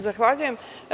Zahvaljujem.